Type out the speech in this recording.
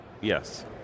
Yes